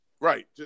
Right